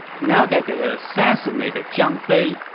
now that they had assassinated zhang fei,